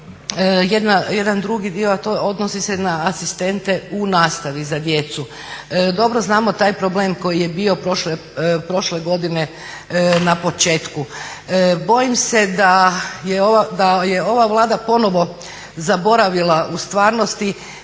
jedan drugi dio a odnosi se na asistente u nastavi za djecu. Dobro znamo taj problem koji je bio prošle godine na početku. Bojim se da je ova Vlada ponovno zaboravila u stvarnosti